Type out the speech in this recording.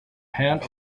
hand